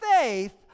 faith